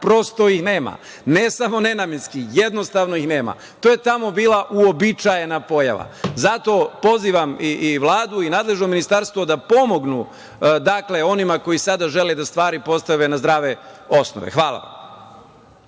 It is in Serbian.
prosto ih nema, ne samo nenamenski, jednostavno ih nema. To je tamo bila uobičajena pojava. Zato pozivam i Vladu i nadležno ministarstvo da pomognu onima koji sada žele da stvari postave na zdrave osnove. Hvala.